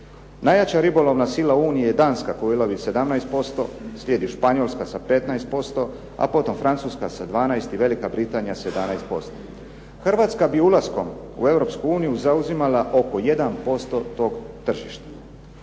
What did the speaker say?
Najjača ribolovna sila unije je Danska koja ulovi 17%, slijedi Španjolska sa 15%, a potom Francuska sa 12 i Velika Britanija sa 11%. Hrvatska bi ulaskom u Europsku uniju zauzimala oko 1% tog tržišta.